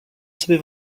sobie